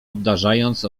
obdarzając